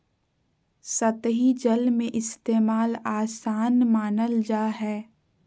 सतही जल के इस्तेमाल, आसान मानल जा हय